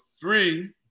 three